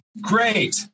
great